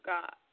God